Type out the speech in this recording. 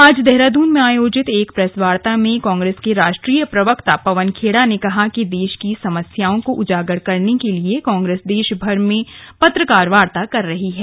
आज देहरादून में आयोजित एक प्रेस वार्ता में कांग्रेस के राष्ट्रीय प्रवक्ता पवन खेड़ा ने कहा कि देश की समस्याओं को उजागर करने के लिए कांग्रेस देशभर में पत्रकार वार्ता कर रही है